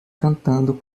cantando